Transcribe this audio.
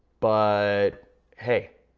but hey,